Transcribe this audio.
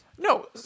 No